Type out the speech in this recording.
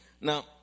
Now